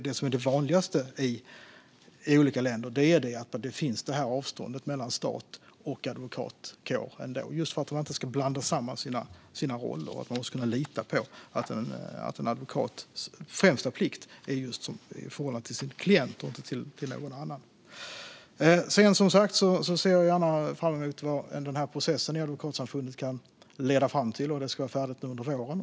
Det vanligaste i olika länder är att det finns ett avstånd mellan stat och advokatkår, just för att man inte ska blanda samman sina roller och för att man ska kunna lita på att en advokats främsta plikt är i förhållande till sin klient och inte till någon annan. Jag ser fram emot vad processen i Advokatsamfundet kan leda fram till. Den ska vara färdig under våren.